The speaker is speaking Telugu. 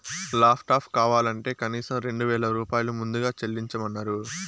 లాప్టాప్ కావాలంటే కనీసం రెండు వేల రూపాయలు ముందుగా చెల్లించమన్నరు